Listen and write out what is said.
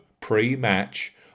pre-match